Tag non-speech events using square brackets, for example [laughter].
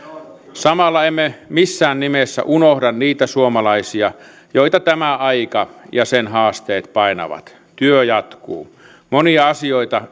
samalla emme missään nimessä unohda niitä suomalaisia joita tämä aika ja sen haasteet painavat työ jatkuu monia asioita [unintelligible]